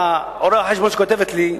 הרואה-חשבון הזאת שכותבת לי,